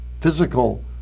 physical